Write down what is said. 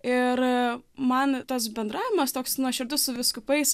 ir man tas bendravimas toks nuoširdus su vyskupais